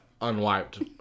unwiped